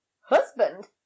Husband